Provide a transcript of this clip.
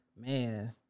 man